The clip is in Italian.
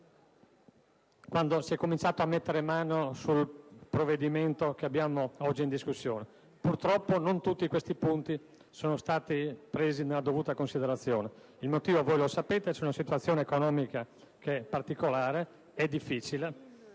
quando si è cominciato a mettere mano al provvedimento che abbiamo oggi in discussione. Purtroppo, non tutti questi punti sono stati presi nella dovuta considerazione. Il motivo voi lo sapete: c'è una situazione economica particolare e difficile;